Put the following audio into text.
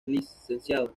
lic